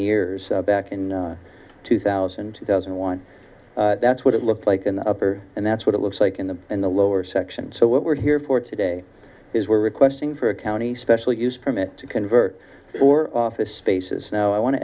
years back in two thousand two thousand and one that's what it looks like in the upper and that's what it looks like in the in the lower sections so what we're here for today is we're requesting for a county special use permit to convert or office spaces now i want to